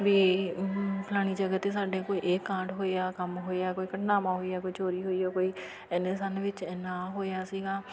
ਵੀ ਫਲਾਣੀ ਜਗ੍ਹਾ 'ਤੇ ਸਾਡੇ ਕੋਈ ਇਹ ਕਾਂਡ ਹੋਇਆ ਕੰਮ ਹੋਇਆ ਕੋਈ ਘਟਨਾਵਾਂ ਹੋਈ ਆ ਕੋਈ ਚੋਰੀ ਹੋਈ ਆ ਕੋਈ ਇੰਨੇ ਸੰਨ ਵਿੱਚ ਇੰਨਾ ਹੋਇਆ ਸੀਗਾ